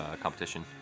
competition